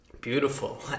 Beautiful